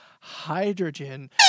hydrogen